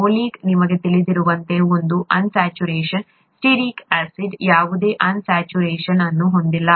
oleic ನಿಮಗೆ ತಿಳಿದಿರುವಂತೆ ಒಂದು ಅನ್ ಸ್ಯಾಚುರೇಷನ್ ಸ್ಟಿಯರಿಕ್ ಆಸಿಡ್ ಯಾವುದೇ ಅನ್ ಸ್ಯಾಚುರೇಷನ್ ಅನ್ನು ಹೊಂದಿಲ್ಲ